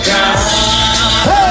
God